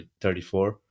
34